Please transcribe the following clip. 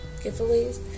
giveaways